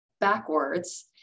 backwards